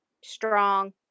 strong